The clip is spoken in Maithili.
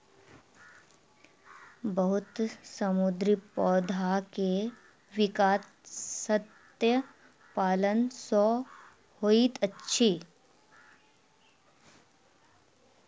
बहुत समुद्री पौधा के विकास मत्स्य पालन सॅ होइत अछि